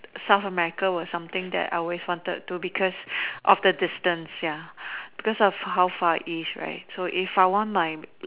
South America was something that I always wanted to because of the distance ya because of how far it is right so if I want my